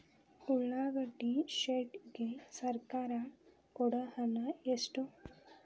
ಉಳ್ಳಾಗಡ್ಡಿ ಶೆಡ್ ಗೆ ಸರ್ಕಾರ ಕೊಡು ಹಣ ಎಷ್ಟು?